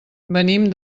venim